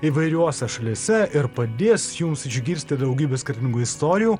įvairiose šalyse ir padės jums išgirsti daugybę skirtingų istorijų